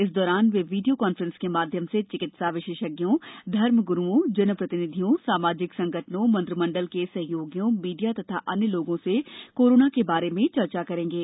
इस दौरान वे वीडियो काफ्रेंस के माध्यम से चिकित्सा विशेषज्ञों धर्मगुरुओं जनप्रतिनिधियों सामाजिक संगठनों मंत्रिमंडल के सहयोगियों मीडिया तथा अन्य लोगों से कोरोना के बारे में चर्चा करेंगे